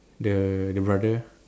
the the brother